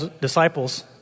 Disciples